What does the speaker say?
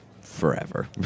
forever